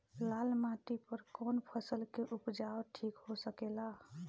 लाल माटी पर कौन फसल के उपजाव ठीक हो सकेला?